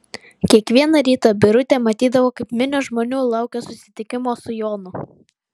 kiekvieną rytą birutė matydavo kaip minios žmonių laukia susitikimo su jonu